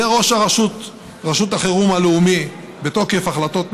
וראש רשות החירום הלאומית, בתוקף החלטות ממשלה,